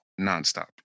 nonstop